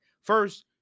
first